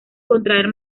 contraer